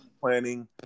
Planning